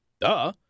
Duh